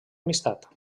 amistat